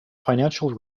financial